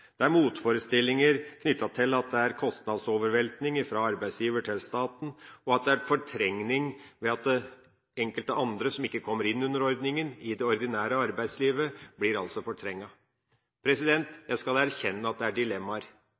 Det er motforestillinger knyttet til at det er kostnadsoverveltning fra arbeidsgiver til staten, og at det er fortrengning ved at enkelte andre, som ikke kommer inn under ordningen, i det ordinære arbeidslivet altså blir fortrengt. Jeg skal erkjenne at det er dilemmaer.